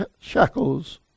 shackles